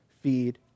feed